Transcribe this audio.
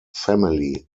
family